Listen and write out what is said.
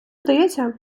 здається